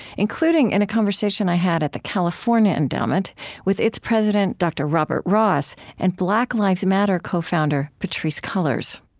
including in a conversation i had at the california endowment with its president, dr. robert ross, and black lives matter co-founder patrisse cullors